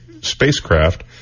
spacecraft